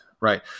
Right